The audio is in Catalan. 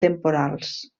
temporals